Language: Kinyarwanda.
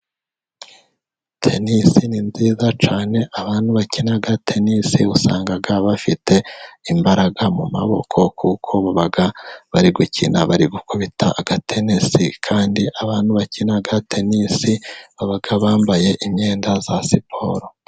Tenisi ni nziza cyane, abantu bakina tenisi usanga bafite imbaraga mu maboko kuko baba bari gukina bari gukubita aga tenesi, kandi abantu bakina tenisi baba bambaye imyenda ya siporo.